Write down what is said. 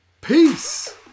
peace